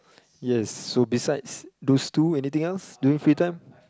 yes so besides those two anything else during free time